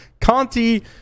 Conti